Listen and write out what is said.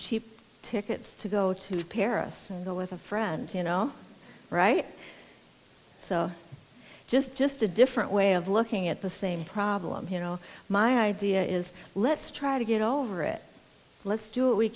cheap tickets to go to paris and go with a friend you know right so just just a different way of looking at the same problem here no my idea is let's try to get over it let's do it we